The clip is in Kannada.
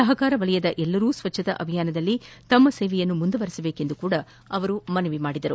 ಸಪಕಾರ ವಲಯದ ಎಲ್ಲರೂ ಸ್ವಚ್ಛತಾ ಅಭಿಯಾನದಲ್ಲಿ ತಮ್ಮ ಸೇವೆಯನ್ನು ಮುಂದುವರೆಸಬೇಕೆಂದು ಅವರು ಮನವಿ ಮಾಡಿದರು